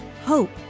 hope